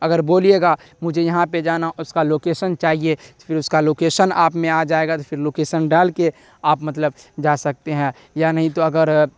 اگر بولیے گا مجھے یہاں پہ جانا اس کا لوکیشن چاہیے پھر اس کا لوکیشن آپ میں آ جائے گا تو پھر لوکیشن ڈال کے آپ مطلب جا سکتے ہیں یا نہیں تو اگر